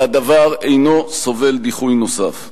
והדבר אינו סובל דיחוי נוסף.